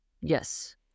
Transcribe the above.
Yes